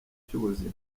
cy’ubuzima